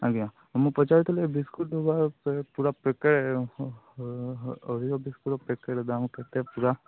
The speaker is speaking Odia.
ଆଜ୍ଞା ମୁଁ ପଚାରୁଥିଲି ବିସ୍କୁଟ୍ ପୂରା ପ୍ୟାକେ ଅଧିକ ବିସ୍କୁଟ୍ ପ୍ୟାକେଟ୍ ଦାମ୍ କେତେ ପୁରା